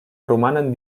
romanen